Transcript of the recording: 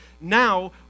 now